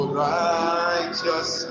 righteous